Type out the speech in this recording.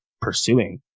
pursuing